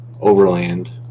Overland